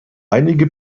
einige